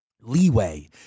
leeway